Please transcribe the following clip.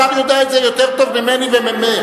השר יודע את זה יותר טוב ממני וממך.